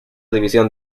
división